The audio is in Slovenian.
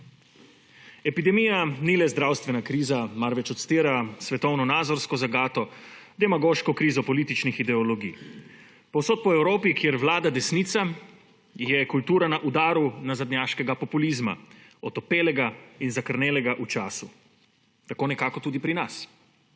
Epidemija ni le zdravstvena kriza, marveč odstira svetovnonazorsko zagato, demagoško krizo političnih ideologij. Povsod po Evropi, kjer vlada desnica, je kultura na udaru nazadnjaškega populizma, otopelega in zakrnelega v času. Tako nekako tudi pri nas.